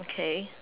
okay